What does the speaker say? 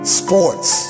sports